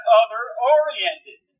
other-oriented